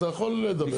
אתה יכול לדבר.